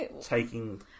taking